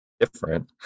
Different